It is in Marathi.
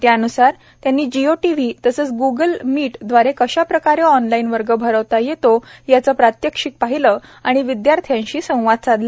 त्यान्सार त्यांनी जिओ टीव्ही तसच ग्गल मीटद्वारे कशाप्रकारे ऑनलाईन वर्ग भरवता येतो याचं प्रात्यक्षिक पाहिलं आणि विद्यार्थ्यांशी संवाद साधला